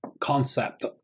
concept